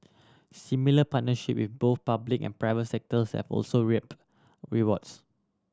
similar partnership with both public and private sectors have also reaped rewards